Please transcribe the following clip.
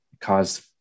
caused